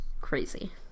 crazy